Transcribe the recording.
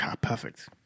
Perfect